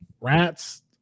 rats